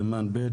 סימן ב',